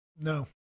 No